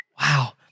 Wow